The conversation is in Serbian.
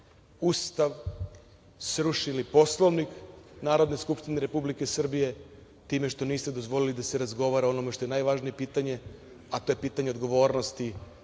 Ustav, srušili Poslovnik Narodne skupštine Republike Srbije, time što niste dozvolili da se razgovara o onome što je najvažnije pitanje, a to je pitanje odgovornosti